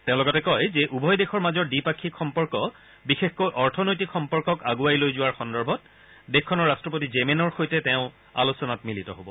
তেওঁ লগতে কয় যে উভয় দেশৰ মাজৰ দ্বিপাক্ষিক সম্পৰ্ক বিশেষকৈ অৰ্থনৈতিক সম্পৰ্কক আণ্ডৱাই লৈ যোৱাৰ সন্দৰ্ভত দেশখনৰ ৰাট্টপতি জেমেনৰ সৈতে তেওঁ আলোচনাত মিলিত হ'ব